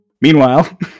Meanwhile